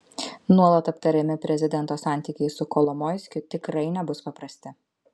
nuolat aptariami prezidento santykiai su kolomoiskiu tikrai nebus paprasti